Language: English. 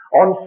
on